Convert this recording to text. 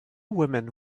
women